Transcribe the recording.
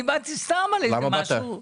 אני באתי סתם לבדוק משהו.